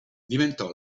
diventò